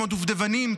כמו דובדבנים,